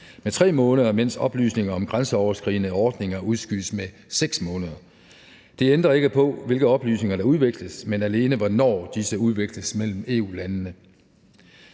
med 3 måneder, mens oplysninger om grænseoverskridende ordninger udskydes med 6 måneder. Det ændrer ikke på, hvilke oplysninger der udveksles, men alene, hvornår disse udveksles mellem EU-landene.